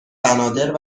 بنادر